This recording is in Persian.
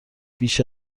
بیش